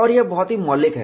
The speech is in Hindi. और यह बहुत ही मौलिक है